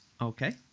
Okay